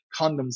condoms